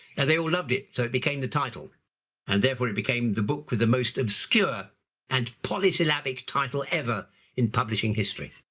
and they all loved it. so it became the title and therefore it became the book with the most obscure and polysyllabic title ever in publishing history.